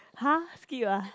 !huh! skip ah